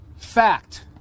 Fact